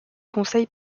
conseil